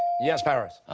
yes, paris?